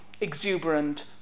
exuberant